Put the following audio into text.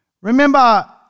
Remember